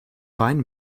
wein